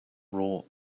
raw